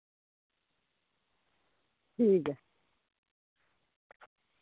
ठीक ऐ